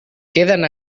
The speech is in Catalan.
queden